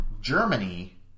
Germany